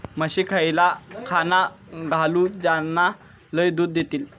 म्हशीक खयला खाणा घालू ज्याना लय दूध देतीत?